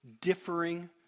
differing